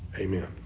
Amen